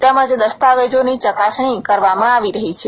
તેમજ દસ્તાવેજોની ચકાસણી કરવામાં આવી રહી છે